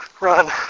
run